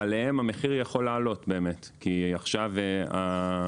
להם המחיר יכול לעלות כי עכשיו חברות